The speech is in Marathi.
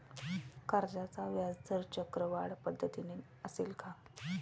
कर्जाचा व्याजदर चक्रवाढ पद्धतीने असेल का?